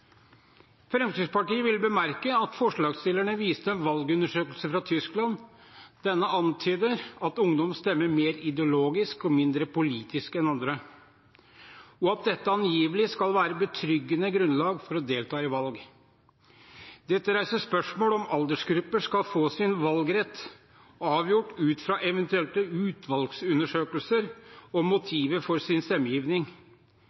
Fremskrittspartiet vil bemerke at forslagsstillerne viser til en valgundersøkelse fra Tyskland. Denne antyder at ungdom stemmer mer ideologisk og mindre politisk enn andre, og at dette angivelig skal være betryggende grunnlag for å delta i valg. Dette reiser spørsmålet om aldersgrupper skal få sin valgrett avgjort ut fra eventuelle utvalgsundersøkelser og